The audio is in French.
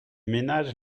ménages